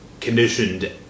conditioned